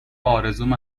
آرزومه